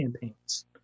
campaigns